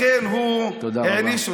לכן הוא העניש אותו.